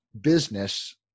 business